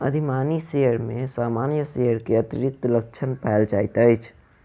अधिमानी शेयर में सामान्य शेयर के अतिरिक्त लक्षण पायल जाइत अछि